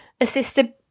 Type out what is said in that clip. assisted